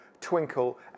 Twinkle